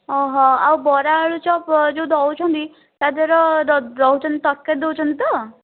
ଓହୋ ଆଉ ବରା ଆଳୁଚପ ଯେଉଁ ଦେଉଛନ୍ତି ତା' ଦେଉଛନ୍ତି ତରକାରୀ ଦେଉଛନ୍ତି ତ